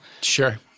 Sure